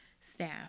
staff